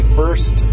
first